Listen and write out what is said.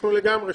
אנחנו לגמרי שם.